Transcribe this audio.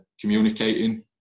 communicating